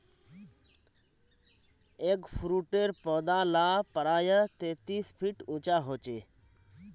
एगफ्रूटेर पौधा ला प्रायः तेतीस फीट उंचा होचे